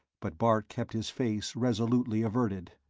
but bart kept his face resolutely averted.